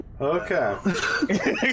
Okay